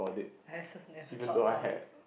I also never thought about it